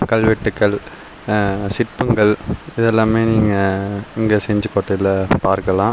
கல்வெட்டுகள் சிற்பங்கள் இதெல்லாமே நீங்கள் இங்கே செஞ்சிக்கோட்டையில் பார்க்கலாம்